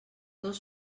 dos